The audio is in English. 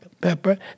pepper